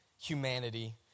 humanity